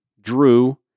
drew